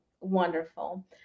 wonderful